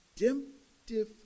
redemptive